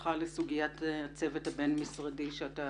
ברשותך לסוגיית הצוות הבין-משרדי שאתה